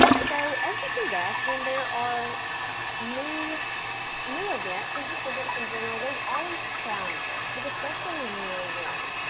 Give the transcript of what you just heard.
so as you can guess, when there are new new events or just events in general, there's always challenges, but especially in year one.